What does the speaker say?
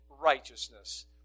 righteousness